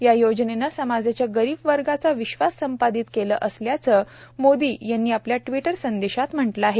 या योजेनेनं समाजाच्या गरीब वर्गाचा विश्वास संपादित केला असल्याचं मोदी यांनी आपल्या ट्वीट संदेशात म्हटलं आहे